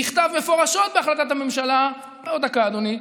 נכתב מפורשות בהחלטת הממשלה, עוד דקה, אדוני,